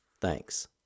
Thanks